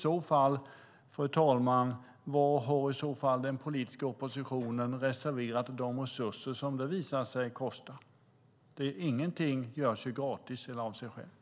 Var har i så fall den politiska oppositionen reserverat de resurser som det visar sig kosta? Ingenting görs ju gratis eller av sig självt.